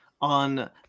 on